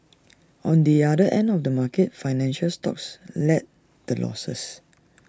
on the other end of the market financial stocks led the losses